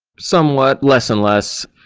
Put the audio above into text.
somewhat, less and less.